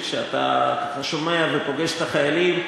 שכשאתה שומע ופוגש את החיילים,